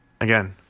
again